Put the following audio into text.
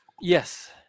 Yes